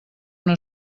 una